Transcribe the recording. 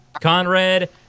conrad